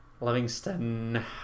Livingston